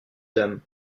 dames